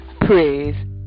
praise